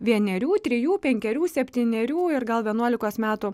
vienerių trejų penkerių septynerių ir gal vienuolikos metų